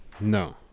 No